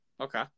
Okay